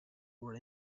were